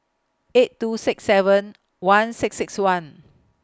eight two six seven one six six one